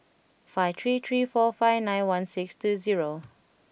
five three three four five nine one six two zero